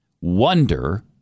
Wonder